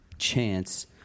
chance